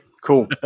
cool